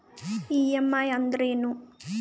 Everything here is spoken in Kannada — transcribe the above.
ಇ.ಎಂ.ಐ ಅಂದ್ರೇನು?